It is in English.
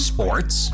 Sports